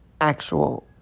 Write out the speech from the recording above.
actual